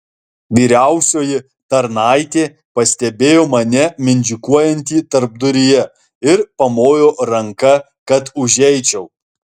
vyriausioji tarnaitė pastebėjo mane mindžikuojantį tarpduryje ir pamojo ranka kad užeičiau